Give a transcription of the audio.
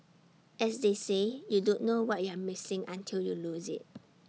as they say you don't know what you're missing until you lose IT